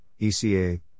ECA